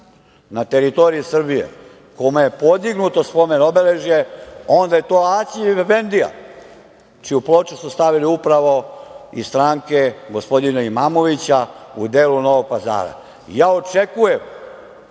na teritoriji Srbije kome je podignuto spomen obeležje, onda je to Aćif efendija, čiju ploču su stavile upravo iz stranke gospodina Imamovića u delu Novog Pazara. Ja očekujem